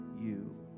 you